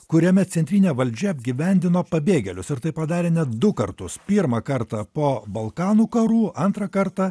kuriame centrinė valdžia apgyvendino pabėgėlius ir tai padarė net du kartus pirmą kartą po balkanų karų antrą kartą